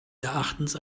erachtens